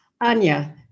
Anya